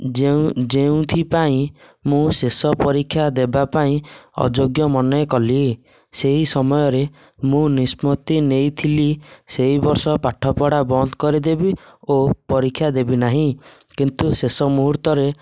ଯେଉଁ ଯେଉଁଥିପାଇଁ ମୁଁ ଶେଷ ପରୀକ୍ଷା ଦେବା ପାଇଁ ଅଯୋଗ୍ୟ ମନେ କଲି ସେହି ସମୟରେ ମୁଁ ନିଷ୍ପତି ନେଇଥିଲି ସେହି ବର୍ଷ ପାଠପଢ଼ା ବନ୍ଦ କରିଦେବି ଓ ପରୀକ୍ଷା ଦେବି ନାହିଁ କିନ୍ତୁ ଶେଷ ମୁହୂର୍ତ୍ତରେ